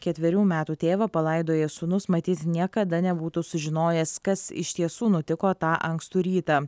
ketverių metų tėvą palaidojęs sūnus matyt niekada nebūtų sužinojęs kas iš tiesų nutiko tą ankstų rytą